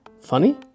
Funny